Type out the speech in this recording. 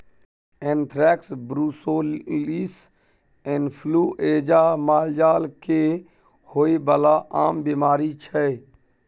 anthrax, brucellosis influenza मालजाल केँ होइ बला आम बीमारी छै